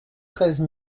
treize